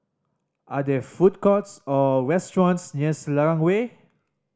are there food courts or restaurants near Selarang Way